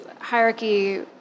hierarchy